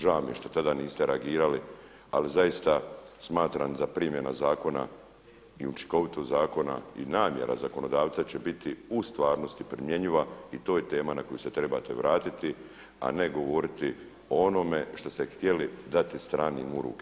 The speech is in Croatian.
Žao mi je što tada niste reagirali, ali zaista smatram zar primjena zakona i učinkovitost zakona i namjera zakonodavca će biti u stvarnosti primjenjiva i to je tema na koju se trebate vratiti, a ne govoriti o onome što ste htjeli dati stranim u ruke.